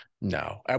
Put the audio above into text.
no